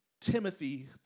Timothy